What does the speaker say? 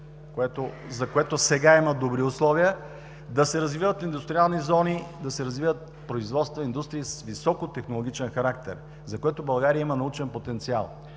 за което сега има добри условия, да се развиват индустриални зони, да се развиват производства и индустрии с високотехнологичен характер, за което България има научен потенциал,